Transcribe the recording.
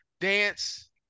dance